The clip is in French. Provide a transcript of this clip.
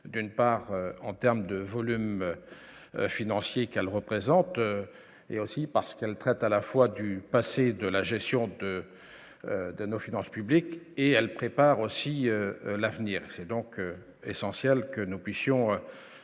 d'une part en terme de volume financier qu'elle représente et aussi parce qu'elle traite à la fois du passé de la gestion de de nos finances publiques et elle prépare aussi l'avenir, c'est donc essentiel que nous puissions